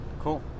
cool